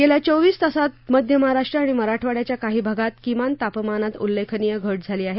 गेल्या चोवीस तासात मध्य महाराष्ट्र आणि मराठवाड्याच्या काही भागात किमान तापमानात उल्लेखनीय घट झाली आहे